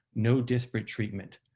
no disparate treatment.